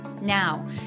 now